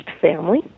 family